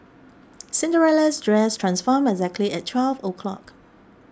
Cinderella's dress transformed exactly at twelve o'clock